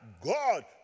God